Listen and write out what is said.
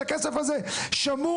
הכסף הזה שמור,